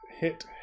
Hit